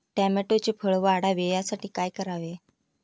टोमॅटोचे फळ वाढावे यासाठी काय करावे?